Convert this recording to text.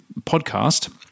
podcast